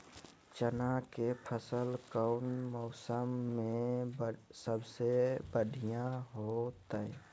चना के फसल कौन मौसम में सबसे बढ़िया होतय?